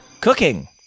Cooking